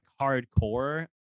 hardcore